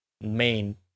Main